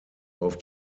auf